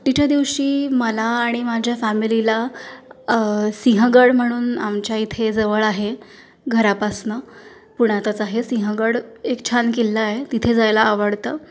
सुट्टीच्या दिवशी मला आणि माझ्या फॅमिलीला सिंहगड म्हणून आमच्या इथे जवळ आहे घरापासून पुण्यातच आहे सिंहगड एक छान किल्ला आहे तिथे जायला आवडतं